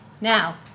Now